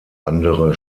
andere